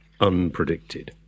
unpredicted